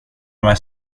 med